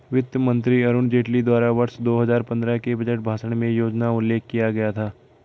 वित्त मंत्री अरुण जेटली द्वारा वर्ष दो हजार पन्द्रह के बजट भाषण में योजना का उल्लेख किया गया था